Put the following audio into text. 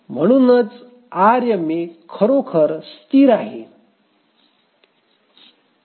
म्हणूनच आरएमए खरोखर स्थिर आहे